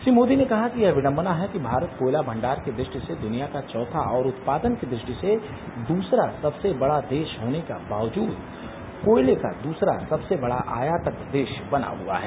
श्री मोदी ने कहा कि यह विडम्बना है कि भारत कोयला भंडार की दृष्टि से दनिया का चौथा और उत्पादन की दृष्टि से दसरा सबसे बडा देश होने के बावजुद कोयले का दसरा सबसे बडा आयातक देश बना हुआ है